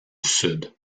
sud